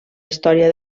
història